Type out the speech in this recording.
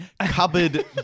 cupboard